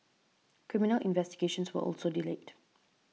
criminal investigations were also delayed